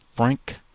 Frank